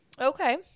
Okay